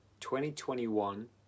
2021